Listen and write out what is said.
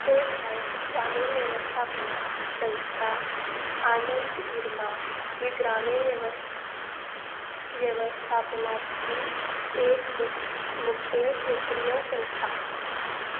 ते भायर ग्रामीण वेवस्थापना संस्था आनंद इरमा ही ग्रामीण वेवस्थ वेवस्पथापनांतली एक मुख मुखेल क्षेत्रीय संस्था